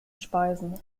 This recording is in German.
speisen